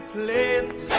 last